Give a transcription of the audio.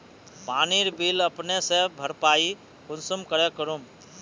पानीर बिल अपने से भरपाई कुंसम करे करूम?